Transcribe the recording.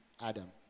Adam